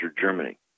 Germany